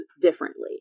differently